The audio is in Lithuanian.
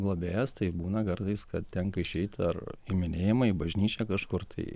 globėjas tai būna kartais kad tenka išeit ar į minėjimą į bažnyčią kažkur tai